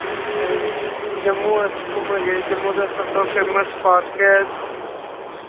जम्मू अस घूमन गे जम्मू दा सब तो फेमस पार्क ऐ